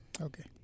Okay